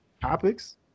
topics